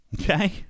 Okay